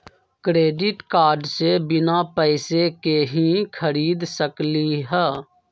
Credit card से बिना पैसे के ही खरीद सकली ह?